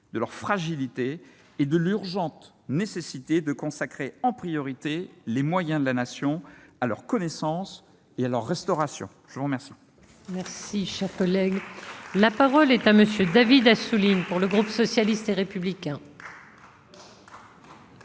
de leur fragilité et de l'urgente nécessité de consacrer en priorité les moyens de la Nation à leur connaissance et à leur restauration ! Bravo ! La parole